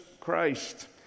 Christ